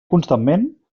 constantment